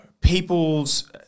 people's